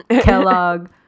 Kellogg